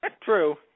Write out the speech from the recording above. True